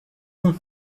bon